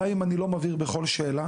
גם אם אני לא מבהיר בכל שאלה.